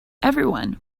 everyone